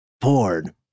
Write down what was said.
porn